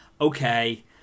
okay